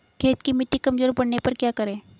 खेत की मिटी कमजोर पड़ने पर क्या करें?